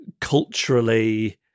culturally